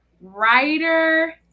writer